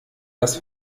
das